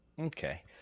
Okay